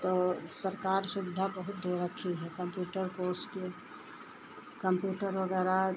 तो सरकार सुविधा बहुत दे रखी है कंप्यूटर कोर्स की कंप्यूटर वगैरह